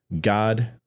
God